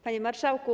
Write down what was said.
Panie Marszałku!